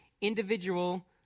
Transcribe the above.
individual